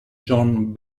john